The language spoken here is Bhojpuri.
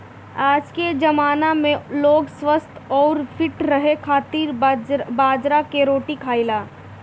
आजके जमाना में लोग स्वस्थ्य अउरी फिट रहे खातिर बाजरा कअ रोटी खाएला